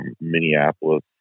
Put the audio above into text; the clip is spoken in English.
Minneapolis